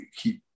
keep